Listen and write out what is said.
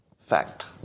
fact